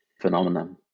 phenomenon